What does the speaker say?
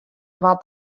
wat